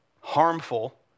harmful